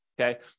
okay